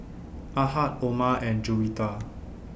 Ahad Omar and Juwita